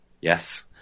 Yes